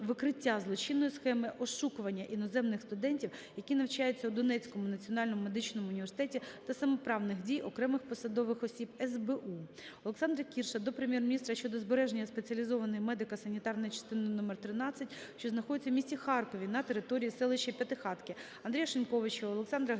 викриття злочинної схеми ошукування іноземних студентів, які навчаються у Донецькому національному медичному університеті, та самоправних дій окремих посадових осіб СБУ. Олександра Кірша до Прем'єр-міністра щодо збереження Спеціалізованої медико-санітарної частини номер 13, що знаходиться в місті Харкові на території селища П'ятихатки. Андрія Шиньковича, Олександра Гереги